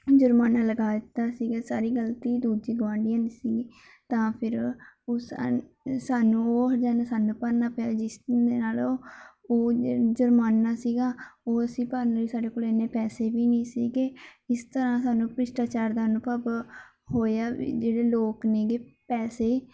ਜੁਰਮਾਨਾ ਲਗਾ ਦਿੱਤਾ ਸੀਗਾ ਸਾਰੀ ਗਲਤੀ ਦੂਜੇ ਗੁਆਂਢੀਆਂ ਦੀ ਸੀਗੀ ਤਾਂ ਫਿਰ ਉਸ ਸਾਨੂੰ ਉਹ ਹਰਜਾਨਾ ਸਾਨੂੰ ਭਰਨਾ ਪਿਆ ਜਿਸ ਦੇ ਨਾਲ ਉਹ ਜਿਹੜਾ ਜੁਰਮਾਨਾ ਸੀਗਾ ਉਹ ਅਸੀਂ ਭਰਨ ਲਈ ਸਾਡੇ ਕੋਲੇ ਇੰਨੇ ਪੈਸੇ ਵੀ ਨਹੀਂ ਸੀਗੇ ਇਸ ਤਰ੍ਹਾਂ ਸਾਨੂੰ ਭ੍ਰਿਸ਼ਟਾਚਾਰ ਦਾ ਅਨੁਭਵ ਹੋਇਆ ਵੀ ਜਿਹੜੇ ਲੋਕ ਨੇਗੇ ਪੈਸੇ